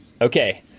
Okay